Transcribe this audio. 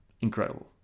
Incredible